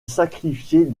sacrifier